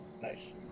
nice